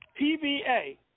PBA